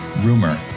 Rumor